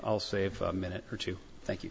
'll save a minute or two thank you